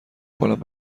کنم